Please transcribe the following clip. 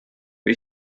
või